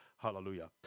hallelujah